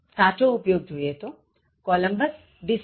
સાચો ઉપયોગ Columbus discovered America